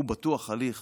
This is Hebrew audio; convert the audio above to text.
הוא בטוח הליך